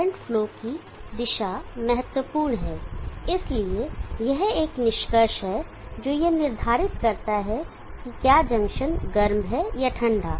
current flow की दिशा महत्वपूर्ण है इसलिए यह एक निष्कर्ष है जो यह निर्धारित करता है कि क्या जंक्शन गर्म है या ठंडा